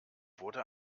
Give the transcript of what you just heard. wurde